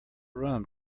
rum